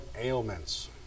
ailments